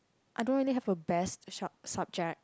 I don't really have a best sub~ subject